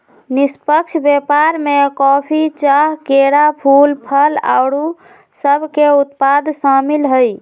निष्पक्ष व्यापार में कॉफी, चाह, केरा, फूल, फल आउरो सभके उत्पाद सामिल हइ